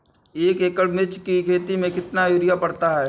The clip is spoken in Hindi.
एक एकड़ मिर्च की खेती में कितना यूरिया पड़ता है?